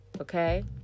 Okay